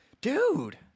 dude